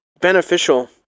beneficial